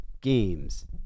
games